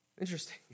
interesting